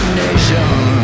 nation